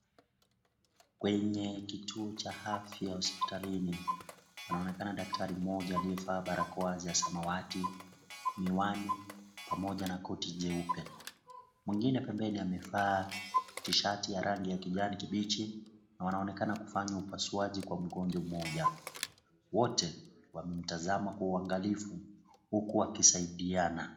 Kwenye kituo cha afya hospitalini kunaonekana daktari mmoja aliyevaa barakoa ya samwati, miwani pamoja na koti jeupe. Mwengine pembeni amevaa tishati ya rangi ya kijani kibichi na wanaonekana kufanya upasuaji kwa mgonjwa mmoja. Wote wamemtazama kwa uangalifu huku wakisaidiana.